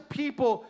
people